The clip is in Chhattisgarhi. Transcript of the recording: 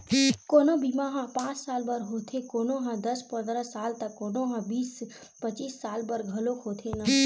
कोनो बीमा ह पाँच साल बर होथे, कोनो ह दस पंदरा साल त कोनो ह बीस पचीस साल बर घलोक होथे न